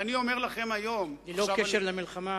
ללא קשר למלחמה,